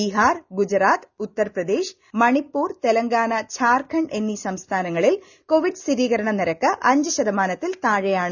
ബീഹാർ ഗുജറാത്ത് ഉത്തർപ്രദേശ് മണിപ്പൂർ തെലങ്കാന ജാർഖണ്ഡ് എന്നീ സംസ്ഥാനങ്ങളിൽ കോവിഡ് സ്ഥിരീകരണ നിരക്ക് അഞ്ച് ശതമാനത്തിൽ താഴെയാണ്